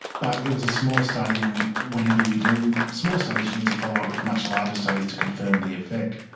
but it was a small study, and whenever you do small studies you need to follow up with much larger studies to confirm the effect.